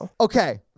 okay